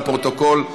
לפרוטוקול,